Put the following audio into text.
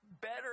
better